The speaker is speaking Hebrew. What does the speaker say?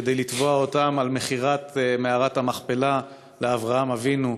כדי לתבוע אותם על מכירת מערת המכפלה לאברהם אבינו.